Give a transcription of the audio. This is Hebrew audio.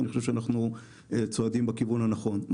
אני חושב שאנחנו צועדים בכיוון הנכון.